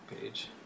page